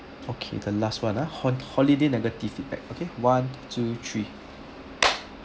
okay the last one ah hol~ holiday negative feedback okay one two three